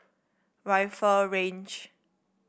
Rifle Range